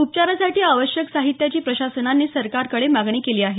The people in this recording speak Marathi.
उपचारासाठी आवश्यक साहित्याची प्रशासनाने सरकारकडे मागणी केली आहे